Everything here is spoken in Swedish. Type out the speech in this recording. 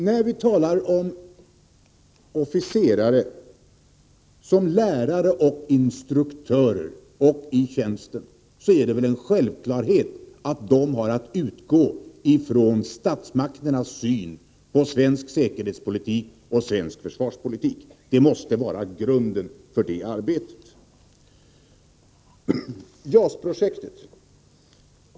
När vi talar om officerare i deras egenskap av lärare och instruktörer är det väl en självklarhet att de, med tanke på deras tjänst, har att utgå från statsmakternas syn på svensk säkerhetspolitik och på svensk försvarspolitik. Detta måste vara grunden för arbetet.